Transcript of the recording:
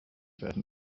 werden